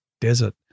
desert